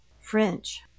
French